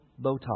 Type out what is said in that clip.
Botox